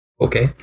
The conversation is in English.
Okay